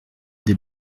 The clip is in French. des